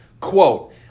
Quote